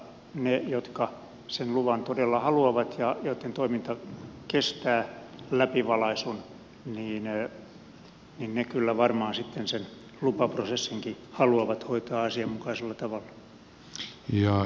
ne jotka sen luvan todella haluavat ja joitten toiminta kestää läpivalaisun kyllä varmaan sitten sen lupaprosessinkin haluavat hoitaa asianmukaisella tavalla